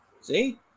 See